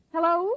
Hello